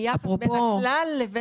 היחס בין הכלל לבין הקבוצה.